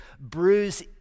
bruise